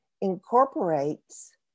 incorporates